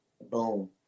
boom